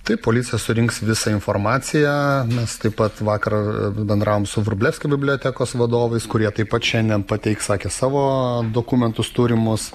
taip policija surinks visą informaciją mes taip pat vakar bendravom su vrublevskių bibliotekos vadovais kurie taip pat šiandien pateiks sakė savo dokumentus turimus